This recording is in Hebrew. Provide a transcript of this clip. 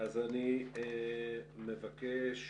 אני מבקש